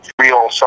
real